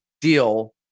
deal